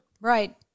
Right